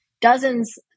dozens